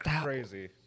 crazy